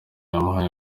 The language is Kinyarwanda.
yamuhaye